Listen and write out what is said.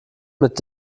mit